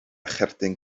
cherdyn